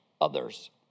others